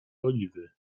oliwy